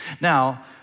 Now